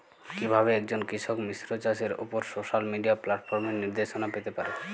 কিভাবে একজন কৃষক মিশ্র চাষের উপর সোশ্যাল মিডিয়া প্ল্যাটফর্মে নির্দেশনা পেতে পারে?